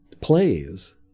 plays